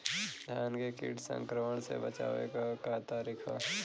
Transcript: धान के कीट संक्रमण से बचावे क का तरीका ह?